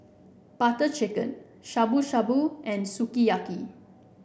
Butter Chicken Shabu Shabu and Sukiyaki